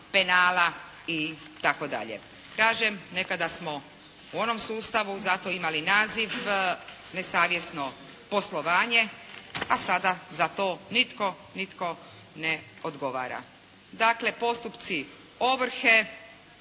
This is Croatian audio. penala itd. Kažem, nekada smo u onom sustavu za to imali naziv nesavjesno poslovanje a sada za to nitko ne odgovara. Dakle, postupci ovrhe